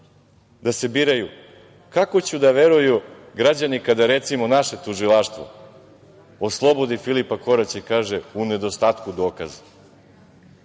da se biraju, kako će da veruju građani kada, recimo, naše tužilaštvo oslobodi Filipa Koraća i kaže - u nedostatku dokaza?